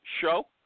show